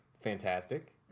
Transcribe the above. fantastic